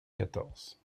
quatorze